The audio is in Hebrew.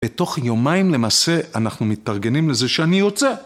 בתוך יומיים למעשה אנחנו מתארגנים לזה שאני יוצא.